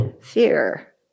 fear